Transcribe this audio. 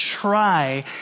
try